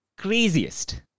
craziest